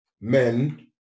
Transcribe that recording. men